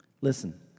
Listen